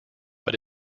but